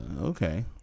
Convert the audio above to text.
okay